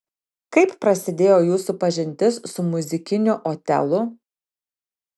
kaip prasidėjo jūsų pažintis su muzikiniu otelu